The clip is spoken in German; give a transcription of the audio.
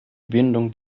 bindung